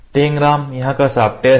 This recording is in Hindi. टेंगराम यहां का सॉफ्टवेयर है